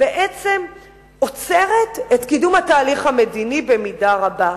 בעצם עוצרת את קידום התהליך המדיני במידה רבה.